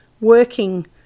working